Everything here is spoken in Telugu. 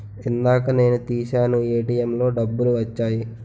ఇందాక నేను తీశాను ఏటీఎంలో డబ్బులు వచ్చాయి